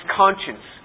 conscience